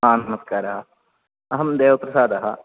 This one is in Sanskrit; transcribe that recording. आं नमस्कारः अहं देवप्रसादः